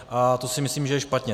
A to si myslím, že je špatně.